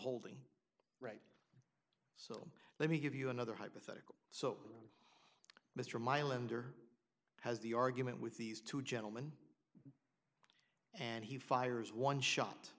holding little let me give you another hypothetical so mr my lender has the argument with these two gentleman and he fires one shot